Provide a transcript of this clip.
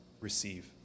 receive